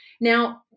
Now